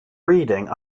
reading